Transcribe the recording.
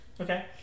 Okay